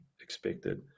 expected